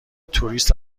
توریست